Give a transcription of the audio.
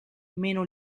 meno